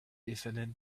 defended